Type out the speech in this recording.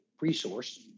resource